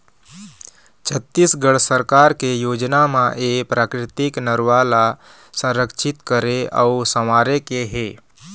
छत्तीसगढ़ सरकार के योजना म ए प्राकृतिक नरूवा ल संरक्छित करे अउ संवारे के हे